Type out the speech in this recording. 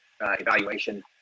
evaluation